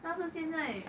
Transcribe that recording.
但是现在:dann shi xian zai